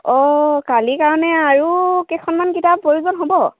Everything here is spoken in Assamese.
অঁ কালিৰ কাৰণে আৰু কেইখনমান কিতাপ প্ৰয়োজন হ'ব